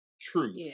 truth